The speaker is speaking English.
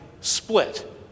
split